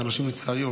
אז לצערי,